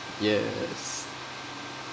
yes